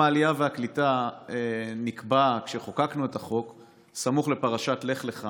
כשחוקקנו את החוק יום העלייה והקליטה נקבע סמוך לפרשת לך לך